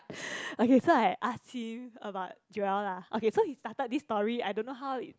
okay so I ask him about Joel lah okay so he started this story I don't know how it